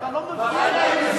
מבין.